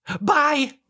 Bye